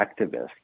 activists